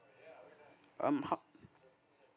um how